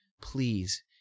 please